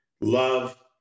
love